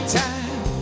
time